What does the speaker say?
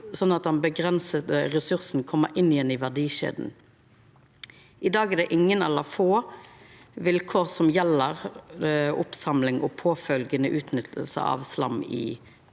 sånn at den avgrensa ressursen kjem inn igjen i verdikjeda. I dag er det ingen eller få vilkår som gjeld oppsamling og påfølgjande utnytting av slam i